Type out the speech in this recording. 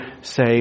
say